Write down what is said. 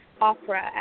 opera